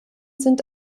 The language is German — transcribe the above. sind